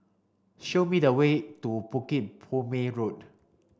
show me the way to Bukit Purmei Road